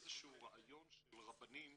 איזה שהוא רעיון של רבנים